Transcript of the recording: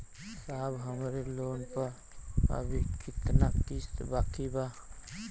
साहब हमरे लोन पर अभी कितना किस्त बाकी ह?